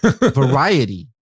Variety